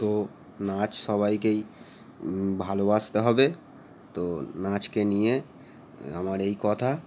তো নাচ সবাইকেই ভালোবাসতে হবে তো নাচকে নিয়ে আমার এই কথা